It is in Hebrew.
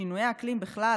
שינויי האקלים בכלל,